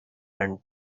and